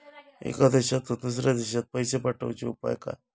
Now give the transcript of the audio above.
एका देशातून दुसऱ्या देशात पैसे पाठवचे उपाय काय?